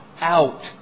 out